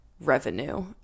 revenue